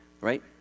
right